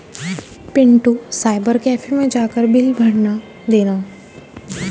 Pintu cyber cafe मैं जाकर bill भर देना